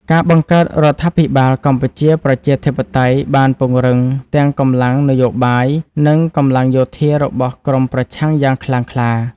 ការបង្កើតរដ្ឋាភិបាលកម្ពុជាប្រជាធិបតេយ្យ បានពង្រឹងទាំងកម្លាំងនយោបាយ និងកម្លាំងយោធារបស់ក្រុមប្រឆាំងយ៉ាងខ្លាំងក្លា។